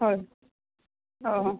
হয় অঁ